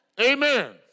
Amen